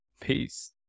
peace